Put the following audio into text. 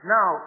Now